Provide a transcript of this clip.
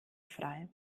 frei